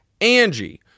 Angie